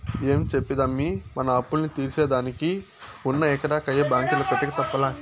ఏం చెప్పేదమ్మీ, మన అప్పుల్ని తీర్సేదానికి ఉన్న ఎకరా కయ్య బాంకీల పెట్టక తప్పలా